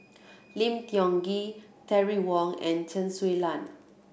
Lim Tiong Ghee Terry Wong and Chen Su Lan